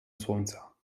słońca